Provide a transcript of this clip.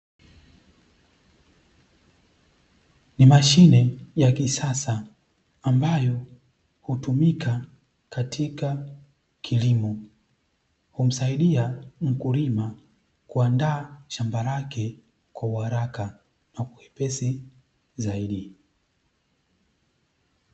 Ni mashine ya kisasa ambayo hutumika katika kilimo, humsaidia mkulima kuandaa shamba lake, kwa uharaka na uwepesi zaidi.